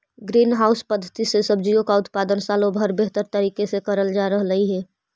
green house पद्धति से सब्जियों का उत्पादन सालों भर बेहतर तरीके से करल जा रहलई हे